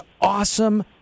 awesome